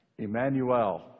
Emmanuel